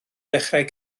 ddechrau